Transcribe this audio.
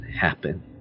happen